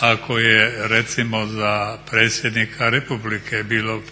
ako je recimo za predsjednika Republike bilo